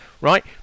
right